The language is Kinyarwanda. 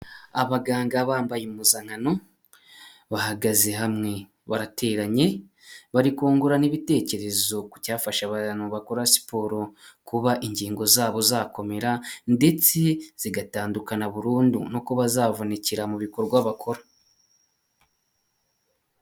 Abaganga bambaye inguzankano, bahagaze hamwe barateranye, bari kungurana ibitekerezo ku cyafasha abantu bakora siporo, kuba ingingo zabo zakomera ndetse zigatandukana burundu no bazavunikira mu bikorwa bakora.